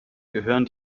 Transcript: gehören